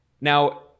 Now